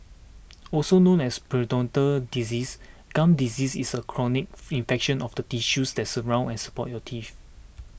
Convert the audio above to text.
also known as periodontal disease gum disease is a chronic fee infection of the tissues that surround and support your teeth